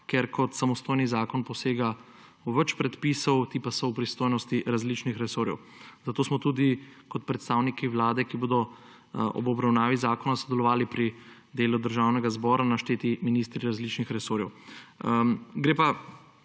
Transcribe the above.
ker kot samostojni zakon posega v več predpisov, ti pa so v pristojnosti različnih resorjev. Zato smo tudi kot predstavniki Vlade, ki bodo ob obravnavi zakona sodelovali pri delu Državnega zbora, našteti ministri različnih resorjev. Gre pa